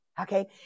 okay